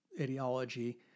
ideology